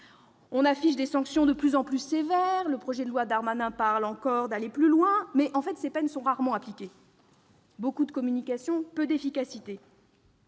On affiche des sanctions de plus en plus sévères- selon le projet de loi Darmanin, il serait question d'aller plus loin encore -, mais ces peines sont rarement appliquées : beaucoup de communication, peu d'efficacité